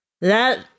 That